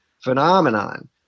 phenomenon